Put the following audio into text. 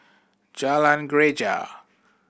Jalan Greja